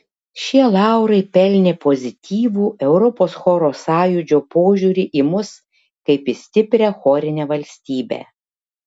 šie laurai pelnė pozityvų europos choro sąjūdžio požiūrį į mus kaip į stiprią chorinę valstybę